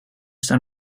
staan